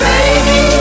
Baby